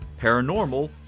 paranormal